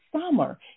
summer